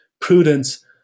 prudence